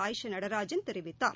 ஆயிஷா நடராஜன் தெரிவித்தார்